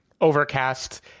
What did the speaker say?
overcast